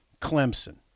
Clemson